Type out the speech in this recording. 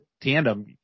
tandem